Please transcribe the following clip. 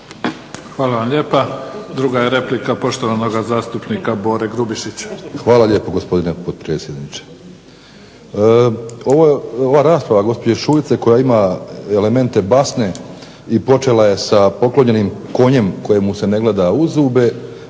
Hvala vam lijepa. Druga je replika poštovanog zastupnika Bore Grubišića. **Grubišić, Boro (HDSSB)** Hvala lijepo gospodine potpredsjedniče. Ova rasprava gospođe Šuice koja ima elemente basne i počela je sa poklonjenim konjem kojemu se ne gleda u zube